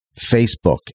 Facebook